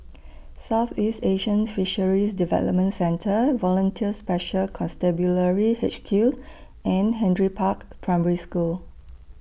Southeast Asian Fisheries Development Centre Volunteer Special Constabulary H Q and Henry Park Primary School